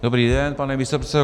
Dobrý den, pane místopředsedo.